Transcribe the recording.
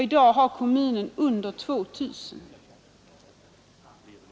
I dag har kommunen under 2 000 sådana.